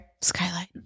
Skylight